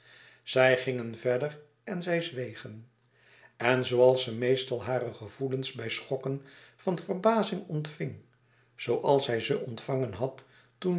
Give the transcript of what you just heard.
zij gingen verder en zij zwegen en zooals ze meestal hare gevoelens bij schokken van verbazing ontving zooals zij ze ontvangen had toen